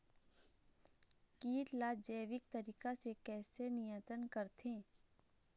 कीट ला जैविक तरीका से कैसे नियंत्रण करथे?